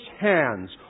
hands